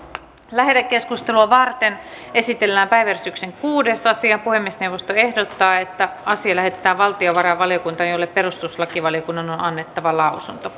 lähetekeskustelua varten esitellään päiväjärjestyksen kuudes asia puhemiesneuvosto ehdottaa että asia lähetetään valtiovarainvaliokuntaan jolle perustuslakivaliokunnan on on annettava lausunto